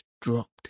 dropped